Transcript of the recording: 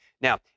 Now